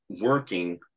working